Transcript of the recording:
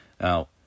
now